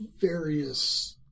various